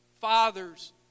fathers